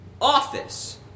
office